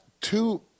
two